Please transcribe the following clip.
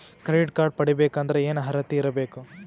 Credit card ಪಡಿಬೇಕಂದರ ಏನ ಅರ್ಹತಿ ಇರಬೇಕು?